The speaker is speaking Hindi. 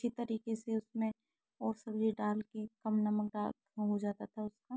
अच्छी तरीके से उसमें और सब्जी डालके कम नमक डाल हो जाता था उसका